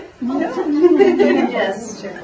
Yes